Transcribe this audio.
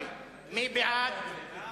של חבר הכנסת יעקב אדרי לסעיף 07,